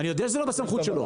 אני יודע שזה לא בסמכות שלו,